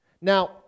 Now